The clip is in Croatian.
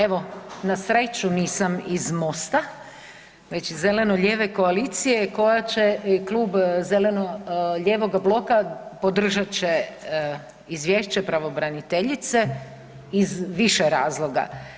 Evo, na sreću, nisam iz Mosta već iz zeleno-lijeve koalicije koja će klub zeleno-lijevog bloka, podržat će Izvješće pravobraniteljice iz više razloga.